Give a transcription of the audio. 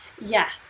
Yes